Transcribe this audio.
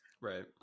right